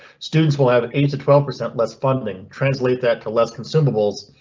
students will have eight to twelve percent less funding. translate that to less consumables.